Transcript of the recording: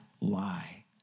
lie